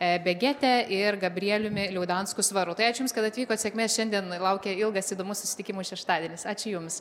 ebegėte ir gabrieliumi liaudansku svaru tai aš jums kad atvykot sėkmė šiandien laukia ilgas įdomus susitikimų šeštadienis ačiū jums